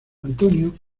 antonio